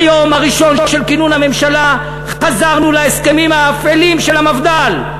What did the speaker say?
ביום הראשון של כינון הממשלה חזרנו להסכמים האפלים של המפד"ל.